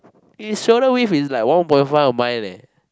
his shoulder width is like one point five of mine eh